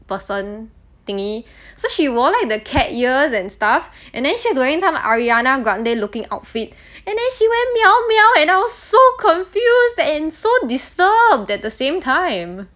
person thingy so she wore like the cat ears and stuff and then she is wearing some ariana grande looking outfit and then she went meow meow and I was so confused and so disturbed at the same time